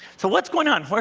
so what's going on?